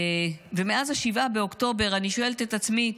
ומאז 7 באוקטובר אני שואלת את עצמי: